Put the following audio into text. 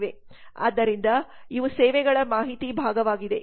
ಆದ್ದರಿಂದ ಇವು ಸೇವೆಗಳ ಮಾಹಿತಿ ಭಾಗವಾಗಿದೆ